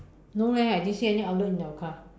no leh I didn't see any outlet in your car